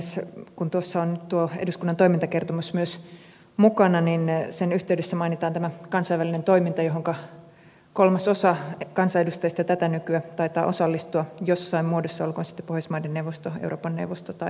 kun tuossa on nyt tuo eduskunnan toimintakertomus myös mukana niin sen yhteydessä mainitaan tämä kansainvälinen toiminta johonka kolmasosa kansanedustajista tätä nykyä taitaa osallistua jossain muodossa olkoon sitten pohjoismaiden neuvosto euroopan neuvosto tai vaikkapa ipu